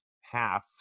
half